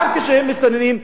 גם כשהם מסתננים,